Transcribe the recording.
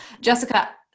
Jessica